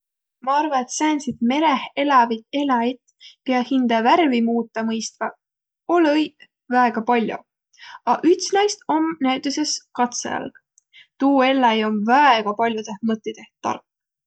Ma arva, et sääntsit mereh elävit eläjit, kiä hindä värvi muutaq mõistvaq, olõ-õiq väega pall'o. A üts naist om näütüses katsajalg. Tuu elläi om väega pll'odõh mõttidõh tark.